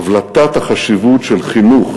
בהבלטת החשיבות של חינוך,